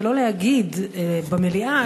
ולא להגיד במליאה,